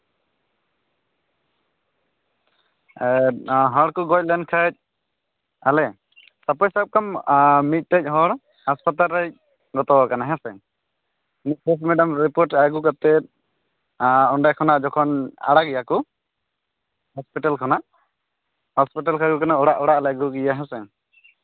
ᱦᱚᱲ ᱠᱚ ᱜᱚᱡ ᱞᱮᱱᱠᱷᱟᱱ ᱟᱞᱮ ᱥᱟᱯᱳᱡ ᱥᱟᱵ ᱠᱟᱜ ᱢᱮ ᱢᱤᱫᱴᱮᱱ ᱦᱚᱲ ᱦᱟᱥᱯᱟᱛᱟᱞ ᱨᱮᱭ ᱜᱚᱛᱚᱣᱟᱠᱟᱱᱟ ᱦᱮᱸᱥᱮ ᱯᱳᱥᱢᱮᱰᱟᱢ ᱨᱤᱯᱳᱴ ᱟᱹᱜᱩ ᱠᱟᱛᱮ ᱚᱸᱰᱮ ᱠᱷᱚᱱᱟᱜ ᱡᱚᱠᱷᱚᱱ ᱟᱲᱟᱜᱮᱭᱟ ᱠᱚ ᱦᱚᱥᱯᱤᱴᱟᱞ ᱠᱷᱚᱱᱟᱜ ᱦᱚᱥᱯᱤᱴᱟᱞ ᱠᱷᱚᱱᱟᱜ ᱚᱲᱟᱜ ᱚᱲᱟᱜ ᱞᱮ ᱟᱹᱜᱩ ᱠᱮᱭᱟ ᱦᱮᱸᱥᱮ